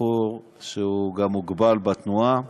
בחור שהוא מוגבל בתנועה.